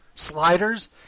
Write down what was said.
Sliders